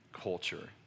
culture